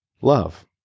love